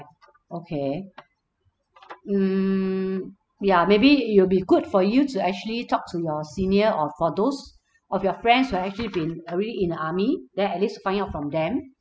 okay mm ya maybe it'll be good for you to actually talk to your senior or for those of your friends who've actually been already in the army then at least to find out from them